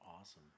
awesome